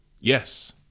Yes